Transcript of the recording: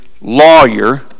lawyer